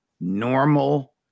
normal